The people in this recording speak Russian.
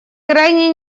крайне